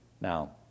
Now